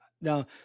Now